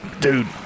Dude